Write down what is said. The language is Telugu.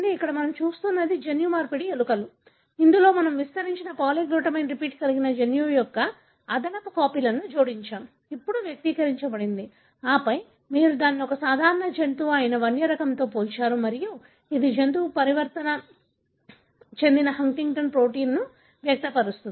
ఇక్కడ మనం చూస్తున్నది జన్యుమార్పిడి ఎలుకలు ఇందులో మనము విస్తరించిన పాలీగ్లుటామైన్ రిపీట్ కలిగిన జన్యువు యొక్క అదనపు కాపీలను జోడించాము ఇప్పుడు వ్యక్తీకరించబడింది ఆపై మీరు దానిని ఒక సాధారణ జంతువు అయిన వన్య రకంతో పోల్చారు మరియు ఇది జంతువు పరివర్తన చెందిన హంటింగ్టన్ ప్రోటీన్ను వ్యక్తపరుస్తుంది